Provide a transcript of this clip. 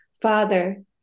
Father